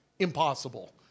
impossible